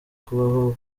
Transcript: kubaho